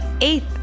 eighth